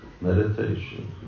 Meditation